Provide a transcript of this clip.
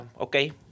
okay